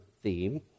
theme